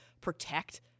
protect